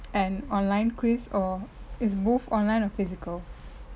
an online quiz or is both online or physical